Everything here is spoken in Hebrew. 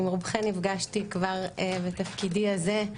עם רובכן נפגשתי כבר בתפקידי הזה.